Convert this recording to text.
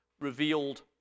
revealed